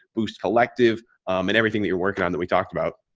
boosts collective and everything that we're working on that we talked about?